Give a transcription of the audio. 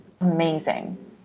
amazing